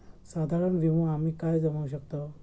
साधारण विमो आम्ही काय समजू शकतव?